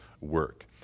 work